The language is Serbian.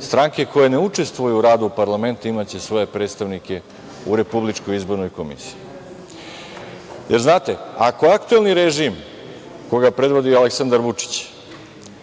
stranke koje ne učestvuju u radu parlamenta imaće svoje predstavnike u Republičkoj izbornoj komisiji. Znate, ako aktuelni režim koga predvodi Aleksandar Vučić